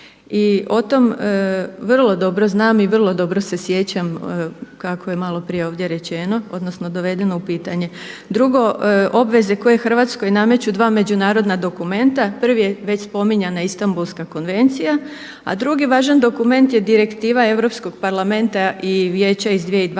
i o tom vrlo dobro znam i vrlo dobro se sjećam kako je malo prije ovdje rečeno odnosno dovedeno u pitanje. Drugo, obveze koje Hrvatskoj nameću dva međunarodna dokumenta, prvi je već spominjana Istambulska konvencija, a drugi važan dokument je Direktiva Europskog parlamenta i Vijeća iz 2012.